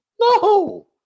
No